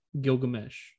Gilgamesh